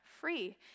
free